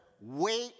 wait